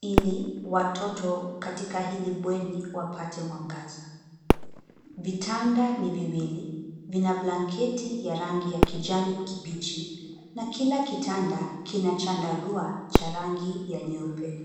ili watoto katika hili bweni wapate mwangaza. Vitanda ni viwili. Vina blanketi ya rangi ya kijani kibichi na kila kitanda kina chandarua cha rangi ya nyeupe.